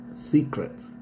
secrets